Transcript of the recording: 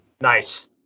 Nice